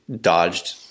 dodged